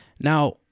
Now